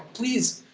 please,